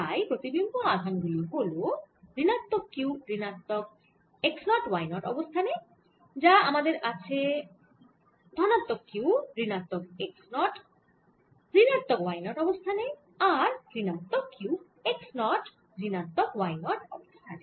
তাই প্রতিবিম্ব আধান গুলি হল ঋণাত্মক q ঋণাত্মক x নট y নট অবস্থানে আর আমাদের আছে ধনাত্মক q ঋণাত্মক x নট ঋণাত্মক y নট অবস্থানে আর ঋণাত্মক q x নট ঋণাত্মক y নট অবস্থানে